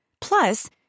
Plus